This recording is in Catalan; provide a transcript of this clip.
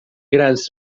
grans